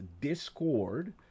Discord